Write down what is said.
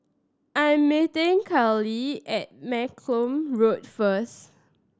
I am meeting Caylee at Malcolm Road first